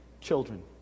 children